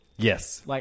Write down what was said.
Yes